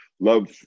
Love